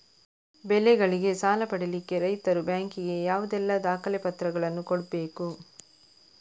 ಬೆಳೆಗಳಿಗೆ ಸಾಲ ಪಡಿಲಿಕ್ಕೆ ರೈತರು ಬ್ಯಾಂಕ್ ಗೆ ಯಾವುದೆಲ್ಲ ದಾಖಲೆಪತ್ರಗಳನ್ನು ಕೊಡ್ಬೇಕು?